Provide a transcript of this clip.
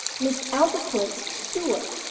miss aldclyffe's steward.